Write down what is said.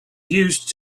used